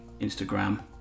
Instagram